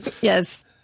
yes